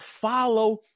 follow